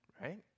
right